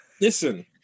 Listen